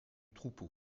troupeau